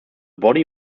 body